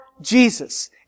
Jesus